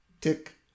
tick